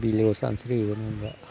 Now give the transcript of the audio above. बिलोआव सानस्रिहैगोन आं दा